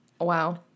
Wow